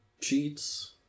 cheats